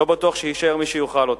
לא בטוח שיישאר מי שיאכל אותם.